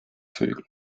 vögel